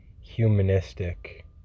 humanistic